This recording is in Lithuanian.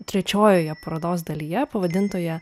trečiojoje parodos dalyje pavadintoje